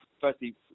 firstly